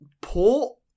port